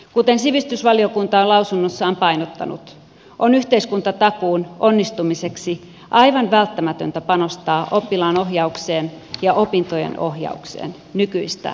kuten sivistysvaliokunta on lausunnossaan painottanut on yhteiskuntatakuun onnistumiseksi aivan välttämätöntä panostaa oppilaanohjaukseen ja opintojen ohjaukseen nykyistä enemmän